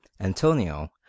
Antonio